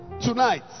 tonight